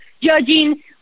judging